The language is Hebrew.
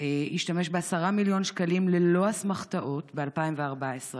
השתמש ב-10 מיליון שקלים ללא אסמכתאות ב-2014,